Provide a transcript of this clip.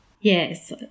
Yes